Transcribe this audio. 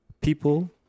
people